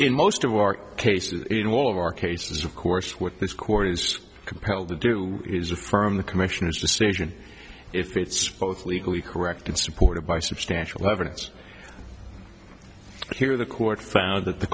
in most of our cases in all of our cases of course with this court is compelled to do is affirm the commissioner's decision if it's both legally correct and supported by substantial evidence here the court found that the